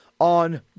on